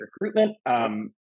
recruitment